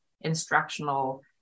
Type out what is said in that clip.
instructional